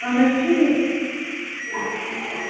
اہن حظ ٹھیٖک